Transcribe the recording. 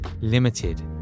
limited